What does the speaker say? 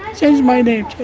change my name,